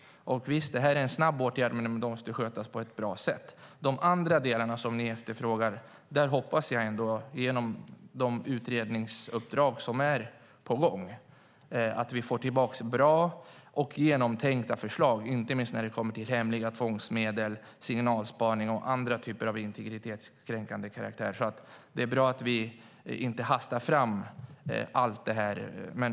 Det här är en snabb åtgärd, men den ska skötas på ett bra sätt. När det gäller de andra delarna som ni efterfrågar hoppas jag att vi genom de utredningar som är på gång får tillbaka bra och genomtänkta förslag, inte minst när det kommer till hemliga tvångsmedel, signalspaning och andra typer av åtgärder av integritetskränkande karaktär. Det är bra att vi inte hastar fram allt detta.